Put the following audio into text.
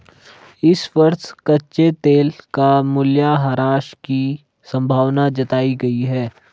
इस वर्ष कच्चे तेल का मूल्यह्रास की संभावना जताई गयी है